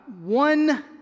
one